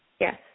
Yes